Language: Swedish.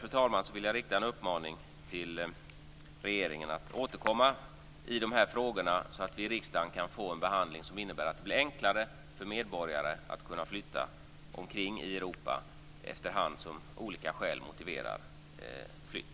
Med detta vill jag rikta en uppmaning till regeringen att återkomma i dessa frågor så att vi i riksdagen kan få en behandling som innebär att det blir enklare för medborgare att flytta omkring i Europa efterhand som olika skäl motiverar flytt.